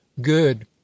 good